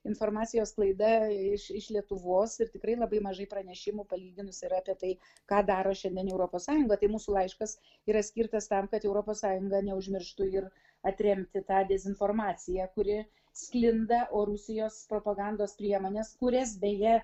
informacijos sklaida iš iš lietuvos ir tikrai labai mažai pranešimų palyginus yra apie tai ką daro šiandien europos sąjunga tai mūsų laiškas yra skirtas tam kad europos sąjunga neužmirštų ir atremti tą dezinformaciją kuri sklinda o rusijos propagandos priemonės kurias beje